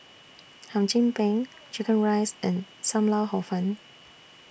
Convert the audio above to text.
Hum Chim Peng Chicken Rice and SAM Lau Hor Fun